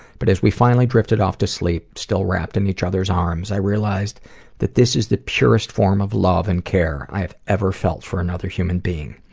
but as we finally drifted off to sleep, still wrapped in each other's arms, i realized that this is the purest form of love and care i have ever felt for another human being.